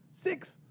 Six